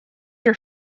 your